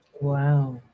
Wow